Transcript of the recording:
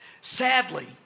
Sadly